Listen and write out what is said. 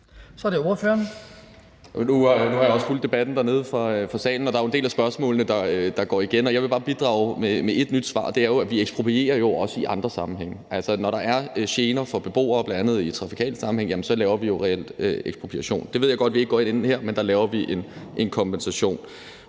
Sigurd Agersnap (SF): Nu har jeg også fulgt debatten nede fra salen, og der er jo en del af spørgsmålene, der går igen, og jeg vil bare bidrage med ét nyt svar, og det er, at vi jo også eksproprierer i andre sammenhænge. Altså, når der er gener for beboere, bl.a. i trafikale sammenhænge, jamen så laver vi jo reelt ekspropriation. Det ved jeg godt vi ikke går ind i her, men der laver vi en kompensation,